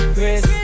Chris